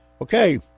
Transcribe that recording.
Okay